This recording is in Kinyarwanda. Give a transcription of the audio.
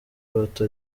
bato